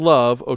Love